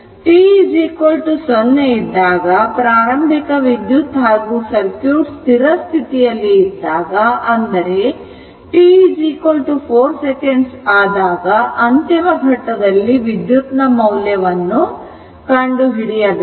t 0 ಇದ್ದಾಗ ಪ್ರಾರಂಭಿಕ ವಿದ್ಯುತ್ ಹಾಗೂ ಸರ್ಕ್ಯೂಟ್ ಸ್ಥಿರ ಸ್ಥಿತಿಯಲ್ಲಿ ಇದ್ದಾಗ ಅಂದರೆ t 4 second ಆದಾಗ ಅಂತಿಮ ಘಟ್ಟದಲ್ಲಿ ವಿದ್ಯುತ್ ನ ಮೌಲ್ಯವನ್ನು ಕಂಡುಹಿಡಿಯಬೇಕು